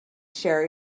share